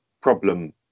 problem